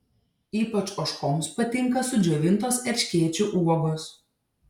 ypač ožkoms patinka sudžiovintos erškėčių uogos